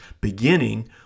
beginning